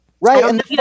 right